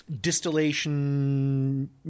distillation